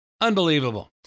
Unbelievable